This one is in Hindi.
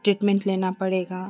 ट्रीटमेंट लेना पड़ेगा